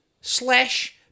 slash